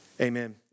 Amen